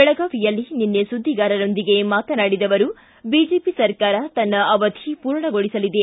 ಬೆಳಗಾವಿಯಲ್ಲಿ ನಿನ್ನೆ ಸುದ್ದಿಗಾರರೊಂದಿಗೆ ಮಾತನಾಡಿದ ಅವರು ಬಿಜೆಪಿ ಸರಕಾರ ತನ್ನ ಅವಧಿ ಪೂರ್ಣಗೊಳಿಸಲಿದೆ